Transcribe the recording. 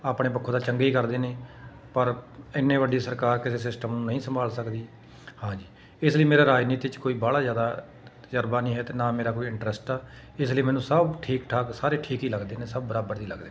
ਆਪਣੇ ਪੱਖੋਂ ਤਾਂ ਚੰਗੇ ਹੀ ਕਰਦੇ ਨੇ ਪਰ ਇੰਨੀ ਵੱਡੀ ਸਰਕਾਰ ਕਿਸੇ ਸਿਸਟਮ ਨੂੰ ਨਹੀਂ ਸੰਭਾਲ ਸਕਦੀ ਹਾਂਜੀ ਇਸ ਲਈ ਮੇਰਾ ਰਾਜਨੀਤੀ 'ਚ ਕੋਈ ਬਾਹਲਾ ਜ਼ਿਆਦਾ ਤਜ਼ਰਬਾ ਨਹੀਂ ਹੈ ਅਤੇ ਨਾ ਮੇਰਾ ਕੋਈ ਇੰਟਰਸਟ ਆ ਇਸ ਲਈ ਮੈਨੂੰ ਸਭ ਠੀਕ ਠਾਕ ਸਾਰੇ ਠੀਕ ਹੀ ਲੱਗਦੇ ਨੇ ਸਭ ਬਰਾਬਰ ਹੀ ਲੱਗਦੇ ਨੇ